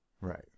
Right